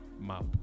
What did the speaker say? map